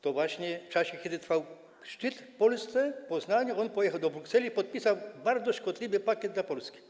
To właśnie w czasie, kiedy trwał szczyt w Polsce, w Poznaniu, on pojechał do Brukseli i podpisał bardzo szkodliwy pakiet dla Polski.